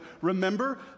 Remember